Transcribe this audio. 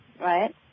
Right